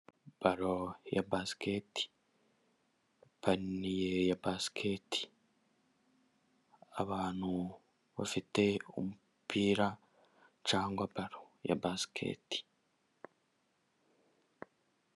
Balo ya basiketi, ipaniye ya basiketi ,abantu bafite umupira cyangwa balo ya basiketi .